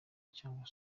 cyangwa